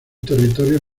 territorios